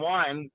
one